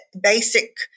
basic